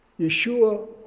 Yeshua